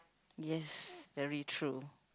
yes very true